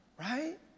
right